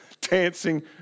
dancing